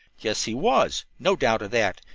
yes, he was no doubt of that,